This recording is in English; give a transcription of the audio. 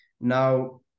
Now